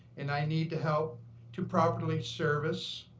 and i need to help to properly service